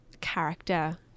character